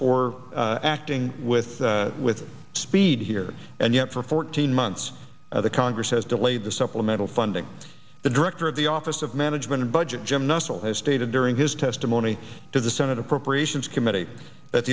for acting with with speed here and yet for fourteen months now the congress has delayed the supplemental funding the director of the office of management and budget jim nussle has stated during his testimony to the senate appropriations committee that